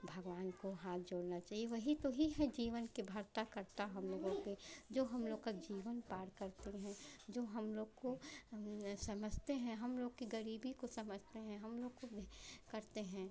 भगवान को हाथ जोड़ना चाहिए वही तो ही हैं जीवन के कर्ता धर्ता हम लोगों के जो हम लोग का जीवन पार करते हैं जो हम लोग को समझते हैं हम लोग की ग़रीबी को समझते हैं हम लोग को करते हैं